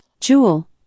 Jewel